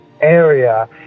area